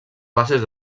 bases